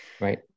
Right